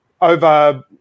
over